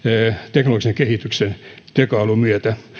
teknologisen kehityksen ja tekoälyn myötä